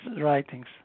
writings